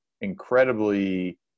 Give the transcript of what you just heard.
incredibly